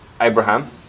Abraham